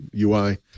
UI